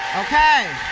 okay,